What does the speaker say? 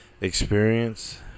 experience